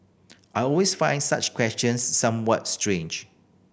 I always find such questions somewhat strange